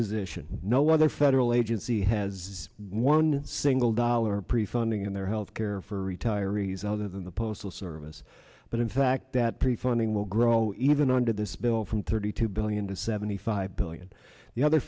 position no other federal agency has one single dollar prefunding in their health care for retirees other than the postal service but in fact that prefunding will grow even under this bill from thirty two billion to seventy five billion the other